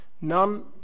None